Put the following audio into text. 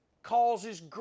causes